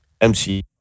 MC